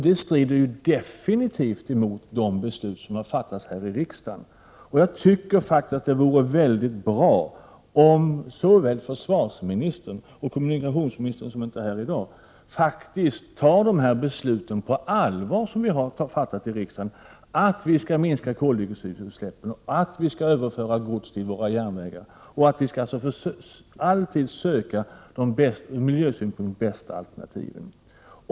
Det strider definitivt mot de beslut som har fattats i riksdagen. Jag tycker faktiskt att det vore mycket bra om såväl försvarsministern som kommunikationsministern, som inte är här i dag, tar de beslut på allvar som har fattats i riksdagen, dvs. att vi skall minska koldioxidutsläppen och att vi skall överföra gods till våra järnvägar. Vi skall alltid söka de ur miljösynpunkt bästa alternativen.